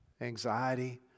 anxiety